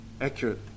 accurate